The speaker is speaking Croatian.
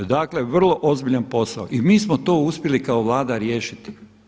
Dakle vrlo ozbiljan posao i mi smo to uspjeli kao vlada riješiti.